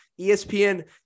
ESPN